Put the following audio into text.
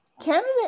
Canada